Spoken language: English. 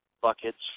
buckets